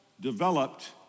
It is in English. developed